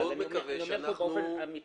אני מקווה מאוד שאנחנו --- אני אומר פה באופן אמתי.